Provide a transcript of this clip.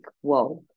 whoa